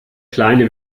kleine